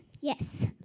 Yes